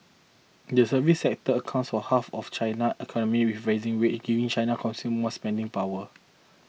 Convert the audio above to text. the service sector accounts all half of China economy with rising wage giving China consumers more spending power